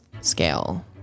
scale